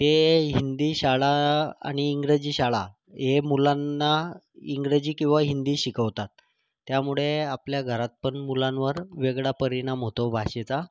ते हिंदी शाळा आणि इंग्रजी शाळा हे मुलांना इंग्रजी किंवा हिंदी शिकवतात त्यामुळे आपल्या घरातपण मुलांवर वेगळा परिणाम होतो भाषेचा